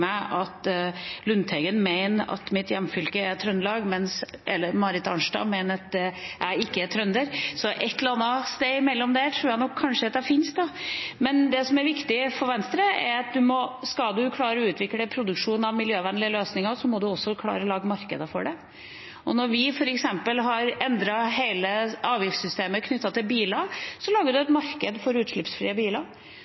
meg at Lundteigen mener at mitt hjemfylke er Trøndelag, mens Marit Arnstad mener at …… tidligere …… jeg ikke er trønder. Så et eller annet sted imellom tror jeg nok kanskje at jeg finnes, da. Det som er viktig for Venstre, er at skal en klare å utvikle produksjon av miljøvennlige løsninger, må en også klare å lage markeder for det. Når vi f.eks. har endret hele avgiftssystemet knyttet til biler, lager